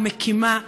ומקימה,